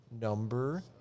Number